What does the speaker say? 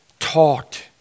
Taught